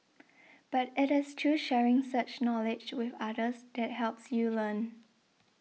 but it is through sharing such knowledge with others that helps you learn